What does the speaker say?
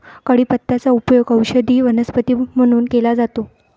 कढीपत्त्याचा उपयोग औषधी वनस्पती म्हणून केला जातो